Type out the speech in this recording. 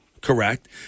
Correct